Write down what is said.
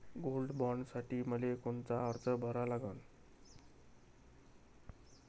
Gold बॉण्डसाठी मले कोनचा अर्ज भरा लागन?